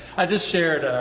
i just shared,